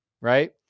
right